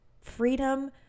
Freedom